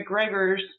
McGregor's